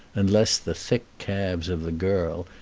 unless the thick calves of the girl,